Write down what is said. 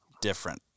different